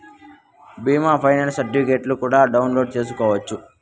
బీమా ఫైనాన్స్ సర్టిఫికెట్లు కూడా డౌన్లోడ్ చేసుకోవచ్చు